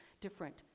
different